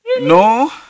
No